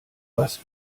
was